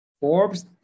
forbes